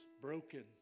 broken